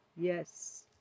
Yes